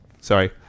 Sorry